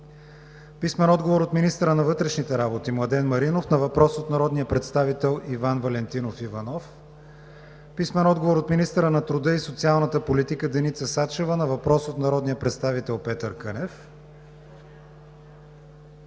Тасков; - министъра на вътрешните работи Младен Маринов на въпрос от народния представител Иван Валентинов Иванов; - министъра на труда и социалната политика Деница Сачева на въпрос от народния представител Петър Кънев;